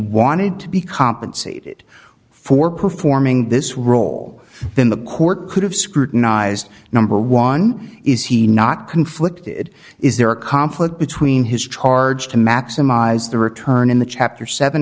wanted to be compensated for performing this role then the court could have scrutinized number one is he not conflicted is there a conflict between his charge to maximize the return in the chapter seven